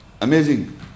amazing